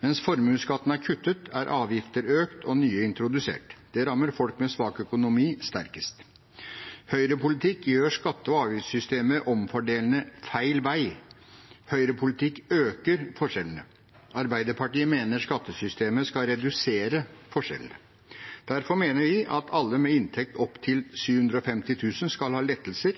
Mens formuesskatten er kuttet, er avgifter økt og nye introdusert. Det rammer folk med svak økonomi sterkest. Høyrepolitikk gjør skatte- og avgiftssystemet omfordelende feil vei. Høyrepolitikk øker forskjellene. Arbeiderpartiet mener skattesystemet skal redusere forskjellene. Derfor mener vi at alle med inntekter opp til 750 000 kr skal ha lettelser,